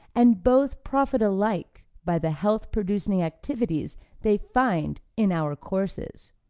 and both profit alike by the health-producing activities they find in our courses.